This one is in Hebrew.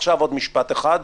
ועכשיו עוד משפט אחד,